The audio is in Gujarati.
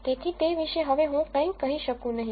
તેથી તે વિશે હવે હું કંઇ કહી શકું નહીં